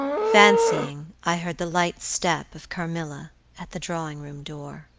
fancying i heard the light step of carmilla at the drawing room door.